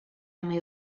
family